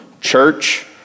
church